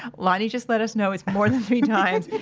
lonnie just let us know it's more than three times.